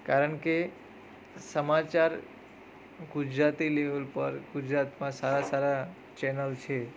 કારણ કે સમાચાર ગુજરાતી લેવલ પર ગુજરાતમાં સારા સારા ચેનલ છે